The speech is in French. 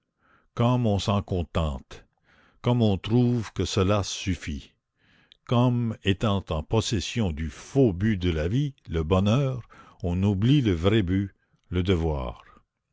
comme on s'en contente comme on trouve que cela suffit comme étant en possession du faux but de la vie le bonheur on oublie le vrai but le devoir